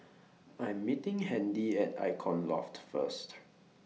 I Am meeting Handy At Icon Loft First